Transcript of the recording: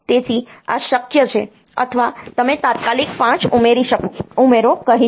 તેથી આ શક્ય છે અથવા તમે તાત્કાલિક 5 ઉમેરો કહી શકો